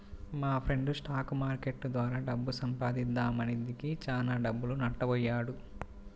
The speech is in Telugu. మాఫ్రెండు స్టాక్ మార్కెట్టు ద్వారా డబ్బు సంపాదిద్దామని దిగి చానా డబ్బులు నట్టబొయ్యాడు